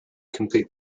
complete